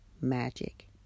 magic